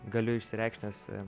galiu išsireikšt nes